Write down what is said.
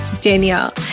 Danielle